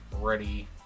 ready